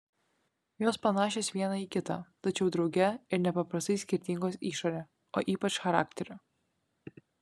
jos panašios viena į kitą tačiau drauge ir nepaprastai skirtingos išore o ypač charakteriu